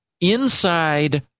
inside